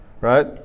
Right